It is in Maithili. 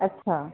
अच्छा